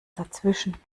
dazwischen